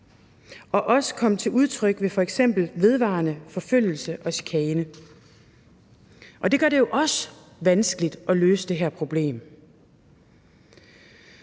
kan også komme til udtryk ved f.eks. vedvarende forfølgelse og chikane. Det gør det jo også vanskeligt at løse det her problem.